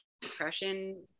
Depression